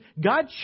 God